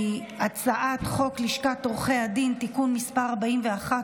הצעת חוק לשכת עורכי הדין (תיקון מס' 41,